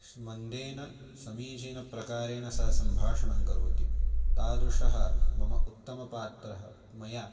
स्मन्देन समीचीन प्रकारेण सः सम्भाषणं करोति तादृशः मम उत्तमः पात्रः मया